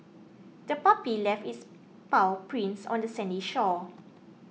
the puppy left its paw prints on the sandy shore